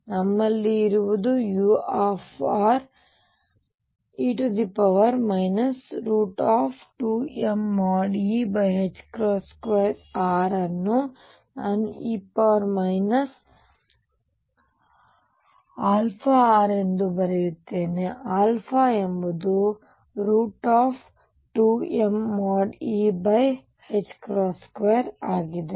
ಆದ್ದರಿಂದ ನಮ್ಮಲ್ಲಿ ಇರುವುದು ure 2mE2r ಅನ್ನು ನಾನು e r ಎಂದು ಬರೆಯುತ್ತೇನೆ ಎಂಬುದು 2mE2 ಆಗಿದೆ